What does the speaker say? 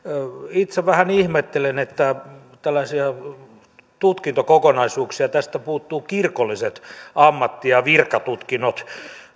itse vähän ihmettelen että tällaisista tutkintokokonaisuuksista tästä puuttuvat kirkolliset ammatti ja virkatutkinnot